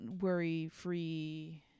worry-free